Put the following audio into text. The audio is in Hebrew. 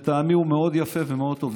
שלטעמי הוא מאוד יפה ומאוד טוב.